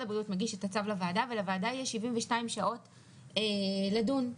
משרד הבריאות מגיש את הצו לוועדה ולוועדה יש 72 שעות לדון.